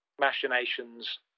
machinations